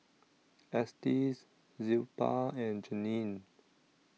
Estes Zilpah and Janine